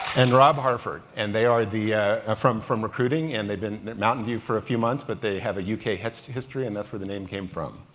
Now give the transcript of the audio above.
and rob harford and they are from from recruiting and they've been in mountain view for a few months but they have u k. history history and that's where the name came from.